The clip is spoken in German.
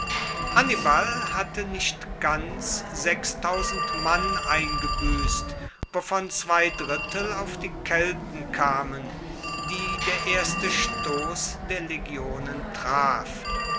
hannibal hatte nicht ganz mann eingebuesst wovon zwei drittel auf die kelten kamen die der erste stoss der legionen traf